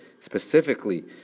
specifically